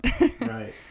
Right